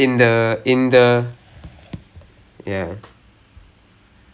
I mean நம்ம:namma F_O_A லே பார்த்தோம்லே:le paarthomle F_O_L pongal எல்லாம் பார்த்தோம்லே:ellaam paarthomlae